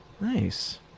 Nice